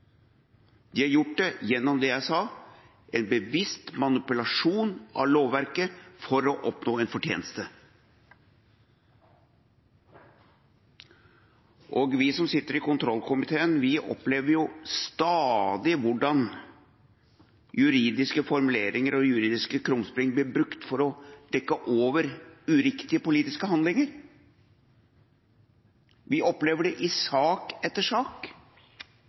De har gjort det gjennom det jeg sa, en bevisst manipulasjon av lovverket for å oppnå en fortjeneste. Vi som sitter i kontrollkomiteen, opplever stadig hvordan juridiske formuleringer og juridiske krumspring blir brukt for å dekke over uriktige politiske handlinger. Vi opplever det i sak etter sak.